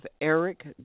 Eric